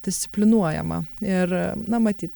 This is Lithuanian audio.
disciplinuojama ir na maty